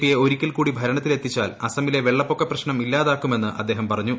പിയെ ഒരിക്കൽക്കൂടി ഭരണത്തിൽ എത്തിച്ചാൽ അസമിലെ വെള്ളപ്പൊക്ക പ്രശ്നം ഇില്ലുതാക്കുമെന്ന് അദ്ദേഹം പറഞ്ഞു